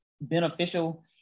beneficial